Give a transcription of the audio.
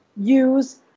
use